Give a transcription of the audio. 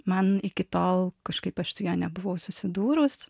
man iki tol kažkaip aš su ja nebuvau susidūrus